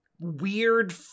weird